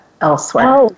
elsewhere